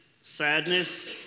sadness